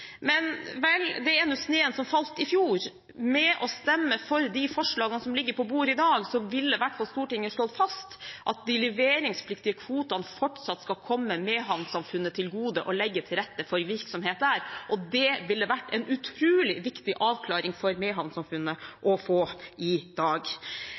men vel, det er nå sneen som falt i fjor. Ved å stemme for de forslagene som ligger på bordet i dag, ville i hvert fall Stortinget slått fast at de leveringspliktige kvotene fortsatt skal komme Mehamn-samfunnet til gode og legge til rette for virksomhet der. Det ville vært en utrolig viktig avklaring for Mehamn-samfunnet å få i dag.